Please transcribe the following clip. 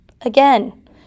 again